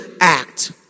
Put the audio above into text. act